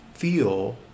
feel